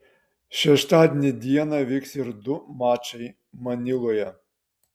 šeštadienį dieną vyks ir du mačai maniloje